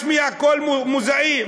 אסור להשמיע קול מואזין.